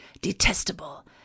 detestable